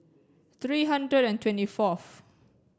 three hundred and twenty fourth